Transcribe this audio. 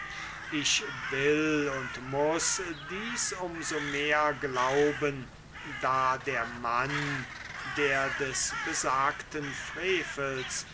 ich will und muß dies um so mehr glauben da der mann der des besagten frevels